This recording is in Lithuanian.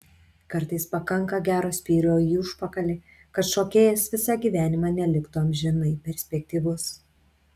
kartais pakanka gero spyrio į užpakalį kad šokėjas visą gyvenimą neliktų amžinai perspektyvus